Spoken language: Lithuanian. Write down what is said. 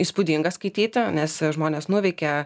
įspūdinga skaityti nes žmonės nuveikia